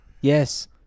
Yes